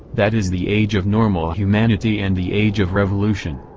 that is the age of normal humanity and the age of revolution.